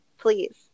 Please